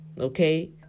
Okay